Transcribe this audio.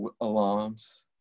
alarms